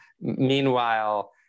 meanwhile